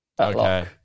Okay